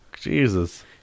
Jesus